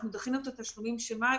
אנחנו דחינו את התשלומים של מאי,